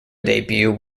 debut